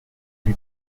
lui